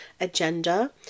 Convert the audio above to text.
agenda